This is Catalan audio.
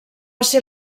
ser